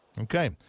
Okay